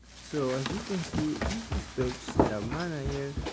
so as you can see, this is page setup manager.